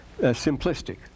simplistic